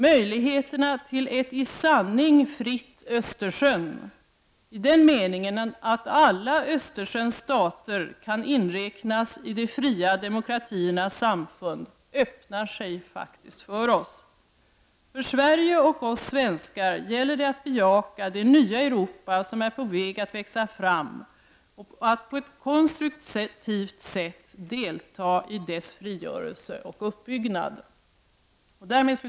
Möjligheterna till ett i sanning fritt Östersjön i den meningen att alla Östersjöns stater kan inräknas i de fria demokratiernas samfund öppnar sig faktiskt för oss. För Sverige och oss svenskar gäller det att bejaka det nya Europa som är på väg att växa fram och att på ett konstruktivt sätt deltaga i dess frigörelse och uppbyggnad. Fru talman!